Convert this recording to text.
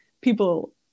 people